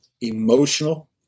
emotional